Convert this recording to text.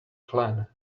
clan